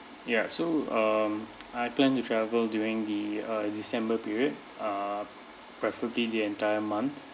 ya so um I plan to travel during the uh december period uh preferably the entire month